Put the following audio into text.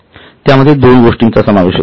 त्यामध्ये दोन गोष्टीचा समावेश होतो